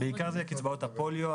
בעיקר קצבאות הפוליו,